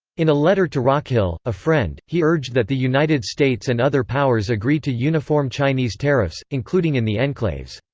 in a letter to rockhill, a friend, he urged that the united states and other powers agree to uniform chinese tariffs, including in the enclaves.